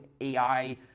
AI